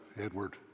Edward